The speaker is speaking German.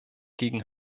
gegen